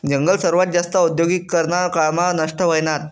जंगल सर्वात जास्त औद्योगीकरना काळ मा नष्ट व्हयनात